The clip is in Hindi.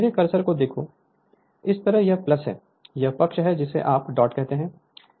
मेरे कर्सर को देखो इस तरह यह है यह पक्ष है जिसे आप डॉट कहते हैं